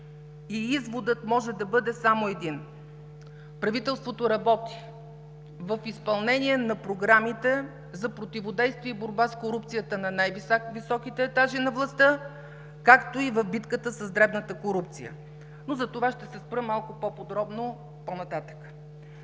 и изводът може да бъде само един – правителството работи в изпълнение на програмите за противодействие и борба с корупцията на най-високите етажи на властта, както и в битката с дребната корупция, но за това ще се спра малко по-подробно по-нататък.